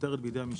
נותרת בידי המשטרה.